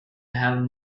have